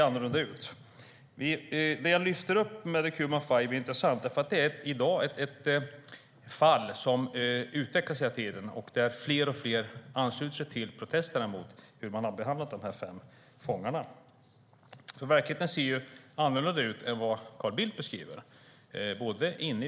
Exemplet "the Cuban Five" är intressant. Det är ett fall som utvecklas hela tiden och där fler och fler ansluter sig till protesterna mot hur man har behandlat dessa fem fångar. Verkligheten både inom och utanför USA ser annorlunda ut än den Carl Bildt beskriver.